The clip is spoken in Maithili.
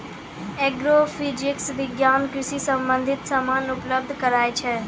एग्रोफिजिक्स विज्ञान कृषि संबंधित समान उपलब्ध कराय छै